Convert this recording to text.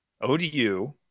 ODU